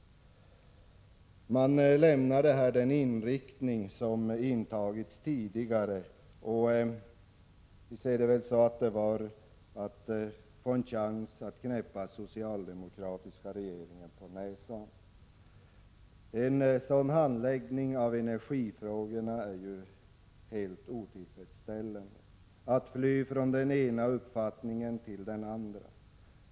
Man lämnade sin tidigare inriktning för att få en chans att knäppa den socialdemokratiska regeringen på näsan. En sådan handläggning av energifrågorna — att fly från den ena uppfattningen till den andra — är ju helt otillfredsställande.